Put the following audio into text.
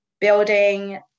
building